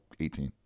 18